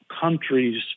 countries